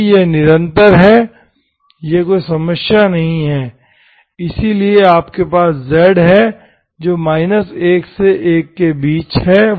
क्योंकि यह निरंतर है यह कोई समस्या नहीं है इसलिए आपके पास z है जो 1 से 1 के बीच है